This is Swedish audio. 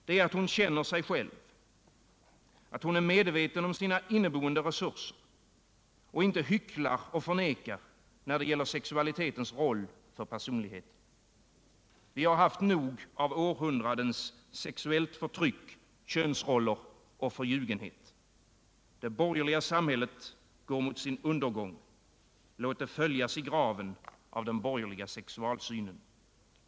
Det är att hon känner sig själv, att hon är medveten om sina inneboende resurser och inte hycklar och förnekar när det gäller sexualitetens roll för personligheten. Vi har haft nog av århundradens sexuella förtryck, könsroller och förljugenhet. Det borgerliga samhället går mot sin undergång. Låt det följas i graven av den borgerliga sexualsynen.